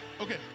Okay